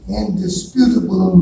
indisputable